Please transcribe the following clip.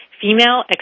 female